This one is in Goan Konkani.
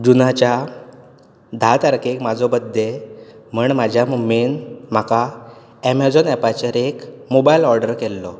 जुनाच्या धा तारखेक म्हाजो बड्डे म्हण म्हाज्या मम्मीन म्हाका एमझोन एपाचेर एक मोबायल ऑर्डर केल्लो